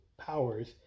Powers